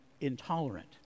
intolerant